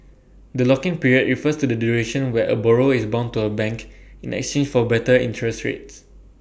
the lock in period refers to the duration where A borrower is bound to A bank in exchange for better interest rates